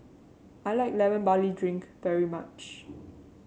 I like Lemon Barley Drink very much